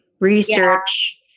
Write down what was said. research